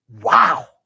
Wow